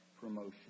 promotion